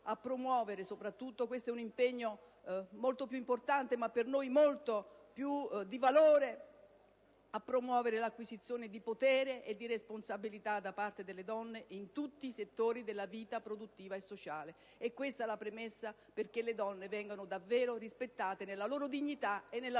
a promuovere - questo è un impegno molto importante ma per noi molto più di valore - l'acquisizione di potere e di responsabilità da parte delle donne in tutti i settori della vita produttiva e sociale. È questa la premessa perché le donne vengano davvero rispettate nella loro dignità e nella loro